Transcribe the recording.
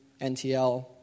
NTL